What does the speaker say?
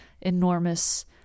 enormous